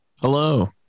hello